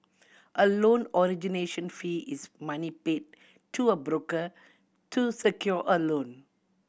a loan origination fee is money paid to a broker to secure a loan